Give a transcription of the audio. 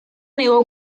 negó